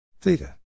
theta